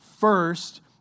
first